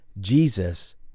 Jesus